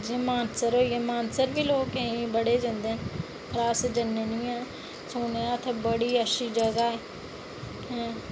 जियां मानसर होइया मानसर बी केईं लोक बड़े जंदे पर अस जन्ने निं हैन पर सुनेआ उत्थै बड़ी जगह ऐ